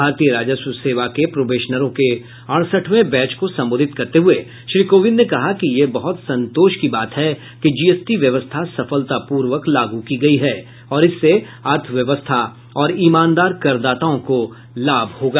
भारतीय राजस्व सेवा के प्रोबेशनरों के अड़सठवें बैंच को संबोधित करते हुए श्री कोविंद ने कहा कि यह बहुत संतोष की बात है कि जीएसटी व्यवस्था सफलतापूर्वक लागू की गई है और इससे अर्थव्यवस्था और ईमानदार करदाताओं को लाभ होगा